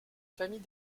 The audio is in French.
famille